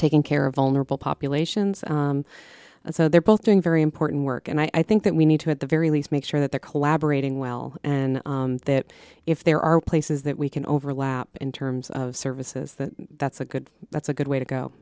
taking care of vulnerable populations so they're both doing very important work and i think that we need to at the very least make sure that they're collaborating well and that if there are places that we can overlap in terms of services that that's a good that's a good way to go